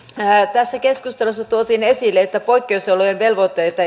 tässä keskustelussa tuotiin esille että poikkeusolojen velvoitteita